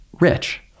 rich